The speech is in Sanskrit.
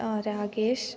रागेशः